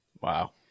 Wow